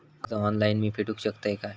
कर्ज ऑनलाइन मी फेडूक शकतय काय?